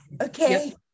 okay